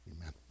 Amen